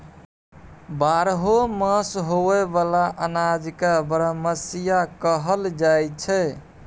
बारहो मास होए बला अनाज के बरमसिया कहल जाई छै